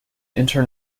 inter